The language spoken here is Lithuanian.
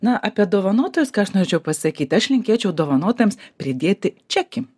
na apie dovanotojus ką aš norėčiau pasakyt aš linkėčiau dovanotojams pridėti čekį